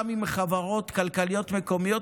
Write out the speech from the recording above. גם עם חברות כלכליות מקומיות,